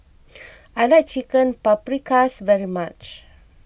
I like Chicken Paprikas very much